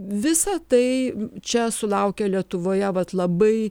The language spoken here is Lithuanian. visa tai čia sulaukia lietuvoje vat labai